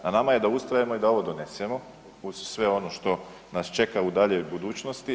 Na nama je da ustrajemo i da ovo donesemo uz sve ono što nas čeka u daljoj budućnosti.